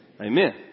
Amen